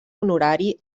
honorari